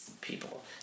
people